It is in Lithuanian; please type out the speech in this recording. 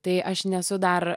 tai aš nesu dar